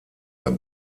der